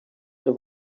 the